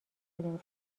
شدیم